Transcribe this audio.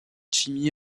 jimmy